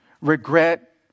regret